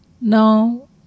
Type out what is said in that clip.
Now